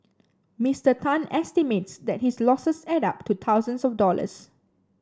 Mister Tan estimates that his losses add up to thousands of dollars